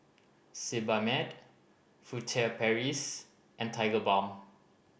Sebamed Furtere Paris and Tigerbalm